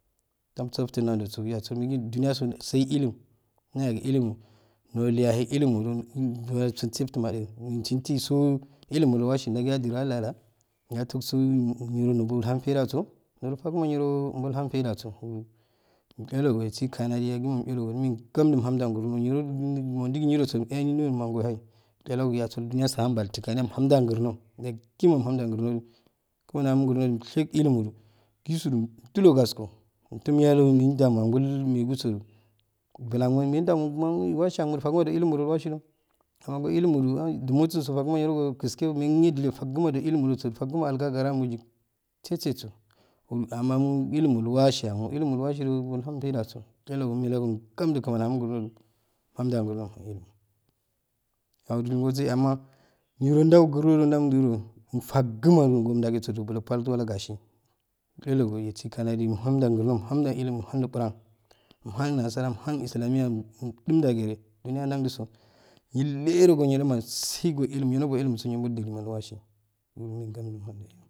Tamsafto nanjo so yiso juniy ase sai ilum kun uyaku ilumu nulaye ilumu insartunma jude insitunso ilumu wasi jauyagoki jikalala yantusum yinlomulhantai jaso yirofaga ma mulhan faijaso imelaga imsika nayiro ume qamju are mumhanda grno niroqinrosc ehni niroyode maga yo hai chalogo juniyaso ahan baltu kani umhan grno uakima umhanta grnoju kmani ahamu grnoju umchegi ilumuje jisuju umjilo gasko umtoyal megin jamo agolmeki soju bulum megindamu ma iwasi amudu fagma jo ilumu wasido amma ko ilumuju jumosunso fagma eurosokiskifagma jo ilumujosu tagma aigagaramujoyik seso jo uro amma ilumu wasi amo ilumu jo bulhan faijaso chalogo umme lago gamjujukmani ahamu grnojuajowuse amma nele jaurukuju nanjuju fagma mumjanguso bulo bal wala gasi rerogo wasi kanaji umnanida grno jamhande ilimu jam nan inquran umhan nasara umhan islamiya dindangegere juniya jamjuso nike sa joma sai go ilum nilojubolgo ilumuso ju udiriso ju wasi immeye gamju umhanju kija.